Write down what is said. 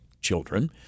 children